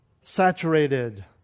saturated